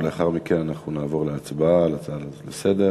ולאחר מכן אנחנו נעבור להצבעה על ההצעה לסדר-היום,